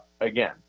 again